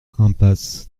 impasse